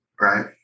right